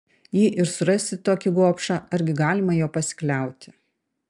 jei ir surasi tokį gobšą argi galima juo pasikliauti